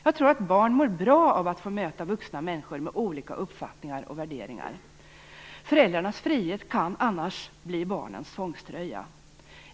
Jag tror att barn mår bra av att få möta vuxna människor med olika uppfattningar och värderingar. Föräldrarnas frihet kan annars bli barnens tvångströja.